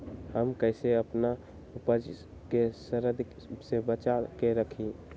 हम कईसे अपना उपज के सरद से बचा के रखी?